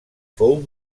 fou